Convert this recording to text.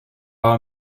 are